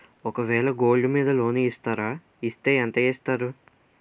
ఒక వేల గోల్డ్ మీద లోన్ ఇస్తారా? ఇస్తే ఎంత ఇస్తారు?